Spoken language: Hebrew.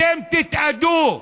אתם תתאדו.